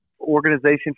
organization